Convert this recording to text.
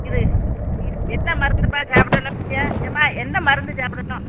இது என்ன மருந்தும்மா சாப்பிடணுன்னீங்க எம்மா என்ன மருந்து சாப்பிடணும்